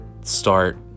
start